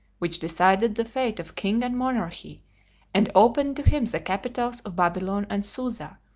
which decided the fate of king and monarchy and opened to him the capitals of babylon and susa,